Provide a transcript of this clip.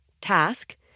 task